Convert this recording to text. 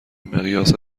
مقیاس